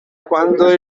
quando